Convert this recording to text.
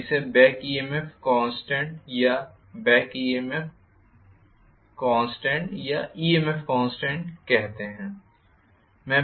हम इसे EMF constant या बॅक EMF कॉन्स्टेंट कहते हैं